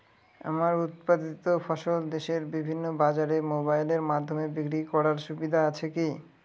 আমার উৎপাদিত ফসল দেশের বিভিন্ন বাজারে মোবাইলের মাধ্যমে বিক্রি করার সুবিধা আছে কি?